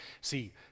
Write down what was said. see